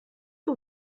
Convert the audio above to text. que